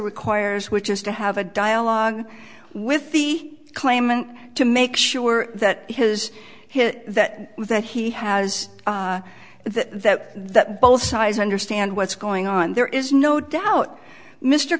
requires which is to have a dialogue with the claimant to make sure that his his that that he has that that both sides understand what's going on there is no doubt mr